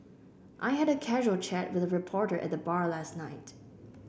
I had a casual chat with a reporter at the bar last night